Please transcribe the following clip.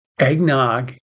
eggnog